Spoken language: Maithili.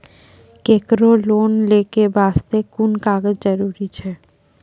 केकरो लोन लै के बास्ते कुन कागज जरूरी छै?